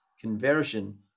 conversion